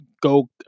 go